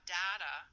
data